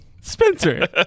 Spencer